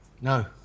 No